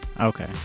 okay